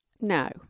No